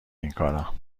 اینکارا